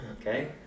okay